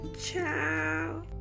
ciao